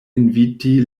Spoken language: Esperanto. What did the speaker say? inviti